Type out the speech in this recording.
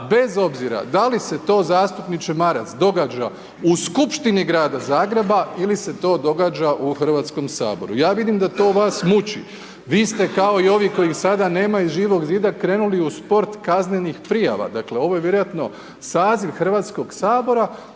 Bez obzira da li se to zastupniče Maras, događa u skupštini grada Zagreba ili se to događa u Hrvatskom saboru. Ja vidim da to vas muči. Vi ste kao i ovi kojih sada nema iz Živog zida, krenuli u sport kaznenih prijava, dakle ovo je vjerojatno saziv Hrvatskog sabora